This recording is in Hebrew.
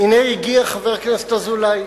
אוה, הנה הגיע חבר הכנסת אזולאי.